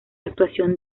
actuación